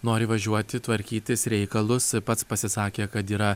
nori važiuoti tvarkytis reikalus pats pasisakė kad yra